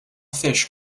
fish